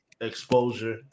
exposure